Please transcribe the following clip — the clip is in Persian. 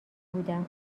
بودم